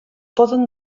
poden